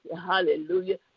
hallelujah